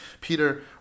Peter